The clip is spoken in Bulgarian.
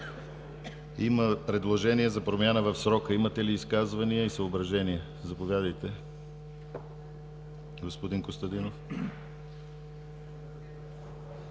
Има предложение за промяна в срока. Имате ли изказвания и съображения? Заповядайте, господин Костадинов.